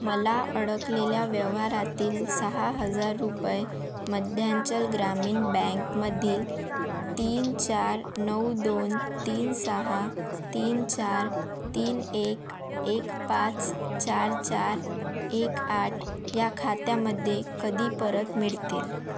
मला अडकलेल्या व्यवहारातील सहा हजार रुपये मध्यांचल ग्रामीण बँकमधील तीन चार नऊ दोन तीन सहा तीन चार तीन एक एक पाच चार चार एक आठ ह्या खात्यामध्ये कधी परत मिळतील